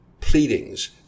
pleadings